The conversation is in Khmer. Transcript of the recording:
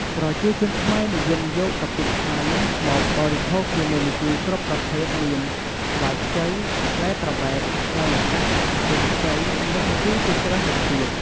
ប្រជាជនខ្មែរនិយមយកកាពិឆានេះមកបរិភោគជាមួយម្ជូរគ្រប់ប្រភេទមាន ស្វាយខ្ចី ផ្លែត្របែក ផ្លែម្កាក់ ចេកខ្ចី និងម្ជូរជាច្រើនមុខទៀត។